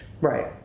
right